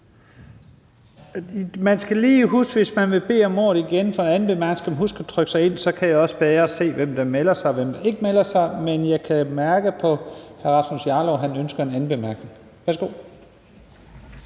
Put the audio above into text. Man skal lige huske at trykke sig ind, hvis man vil bede om ordet igen for sin anden korte bemærkning. Så kan jeg også bedre se, hvem der melder sig, og hvem der ikke melder sig. Men jeg kan mærke på hr. Rasmus Jarlov, at han ønsker en anden kort bemærkning.